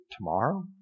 tomorrow